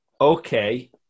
Okay